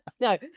no